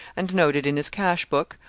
and noted in his cash-book,